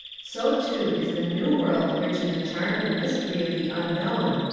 so too is the new world rich in the charm and mystery of the unknown,